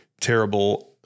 terrible